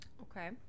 Okay